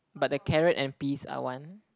but the carrot and peas are one